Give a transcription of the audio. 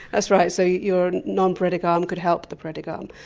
that's right so your non-paretic arm could help the paretic arm.